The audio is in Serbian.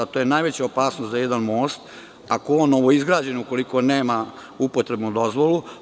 To je najveća opasnost za jedan most, ako je on novoizgrađen, ako nema upotrebnu dozvolu.